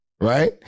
right